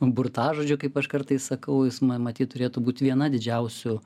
burtažodžiu kaip aš kartais sakau jis ma matyt turėtų būt viena didžiausių